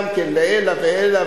גם כן לעילא ולעילא,